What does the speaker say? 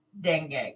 dengue